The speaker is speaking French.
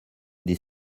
des